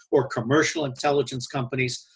or commercial intelligence companies,